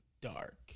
Dark